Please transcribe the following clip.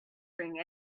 bring